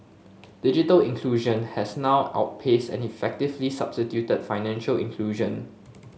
digital inclusion has now outpaced and effectively substituted financial inclusion